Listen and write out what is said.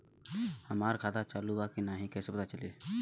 हमार खाता चालू बा कि ना कैसे पता चली?